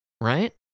Right